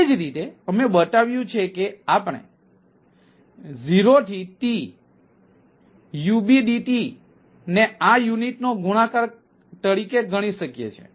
એ જ રીતે અમે બતાવ્યું છે કે આપણે 0 થી t U B D t ને આ યુનિટોના ગુણાકાર તરીકે ગણી શકીએ છીએ